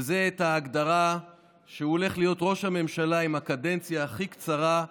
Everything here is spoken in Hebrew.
וזה את ההגדרה שהוא הולך להיות ראש הממשלה עם הקדנציה הכי קצרה,